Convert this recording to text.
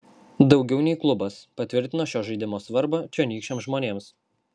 daugiau nei klubas patvirtina šio žaidimo svarbą čionykščiams žmonėms